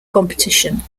competition